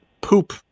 poop